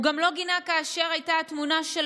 הוא גם לא גינה כאשר הייתה התמונה של